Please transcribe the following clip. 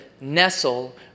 nestle